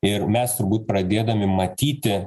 ir mes turbūt pradėdami matyti